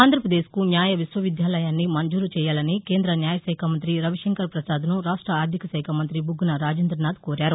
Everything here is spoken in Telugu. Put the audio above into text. ఆంధ్రప్రదేశ్కు న్యాయ విశ్వవిద్యాలయాన్ని మంజూరు చేయాలని కేంద్ర న్యాయశాఖ మంత్రి రవిశంకర్ ప్రసాద్ ను రాష్ట ఆర్ధిక శాఖ మంతి బుగ్గన రాజేంద్రనాధ్ కోరారు